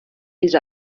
diese